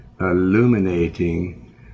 illuminating